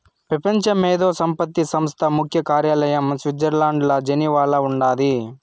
పెపంచ మేధో సంపత్తి సంస్థ ముఖ్య కార్యాలయం స్విట్జర్లండ్ల జెనీవాల ఉండాది